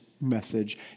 message